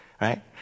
right